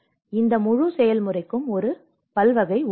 எனவே இந்த முழு செயல்முறைக்கும் ஒரு பல்வகை உள்ளது